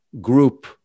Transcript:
group